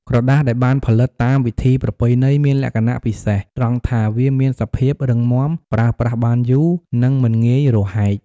ក្រដាសដែលបានផលិតតាមវិធីប្រពៃណីមានលក្ខណៈពិសេសត្រង់ថាវាមានសភាព រឹងមាំ ប្រើប្រាស់បានយូរ និងមិនងាយរហែក។